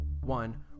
one